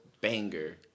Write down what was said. banger